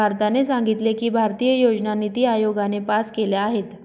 भारताने सांगितले की, भारतीय योजना निती आयोगाने पास केल्या आहेत